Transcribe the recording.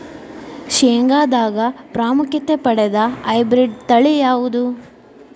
ಶೇಂಗಾದಾಗ ಪ್ರಾಮುಖ್ಯತೆ ಪಡೆದ ಹೈಬ್ರಿಡ್ ತಳಿ ಯಾವುದು?